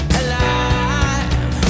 alive